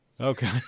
Okay